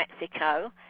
Mexico